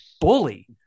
bully